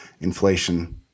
inflation